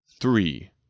Three